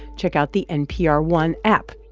check out the npr one app.